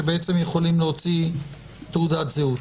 שבעצם יכולים להוציא תעודת זהות?